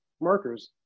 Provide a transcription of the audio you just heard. markers